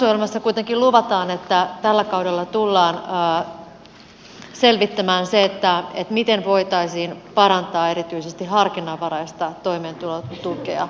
hallitusohjelmassa kuitenkin luvataan että tällä kaudella tullaan selvittämään se miten voitaisiin parantaa erityisesti harkinnanvaraista toimeentulotukea